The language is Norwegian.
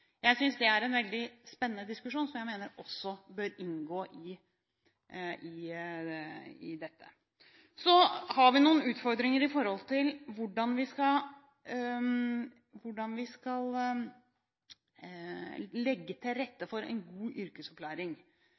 Det er en veldig spennende diskusjon som jeg mener også bør inngå i dette. Så har vi noen utfordringer når det gjelder hvordan vi skal legge til rette for en god yrkesopplæring.